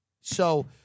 So-